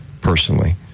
personally